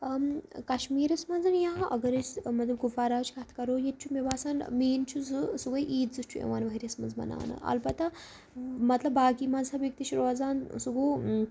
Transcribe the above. ٲں کشمیٖرس منٛز یا اگر أسۍ ٲں مطلب کُپوارہٕچ کتھ کرو ییتہِ چھُ مےٚ باسان مین چھُ زٕ سُہ گوٚو عیٖد زٕ چھِ یِوان ورۍ یَس منٛز منَاونہٕ البتہ مطلب باقی مذہبٕکۍ تہِ چھِ روزان سُہ گوٚو